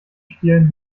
spielen